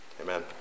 Amen